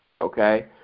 okay